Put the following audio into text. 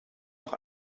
noch